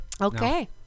Okay